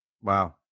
Wow